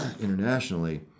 internationally